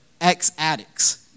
ex-addicts